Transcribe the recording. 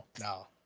No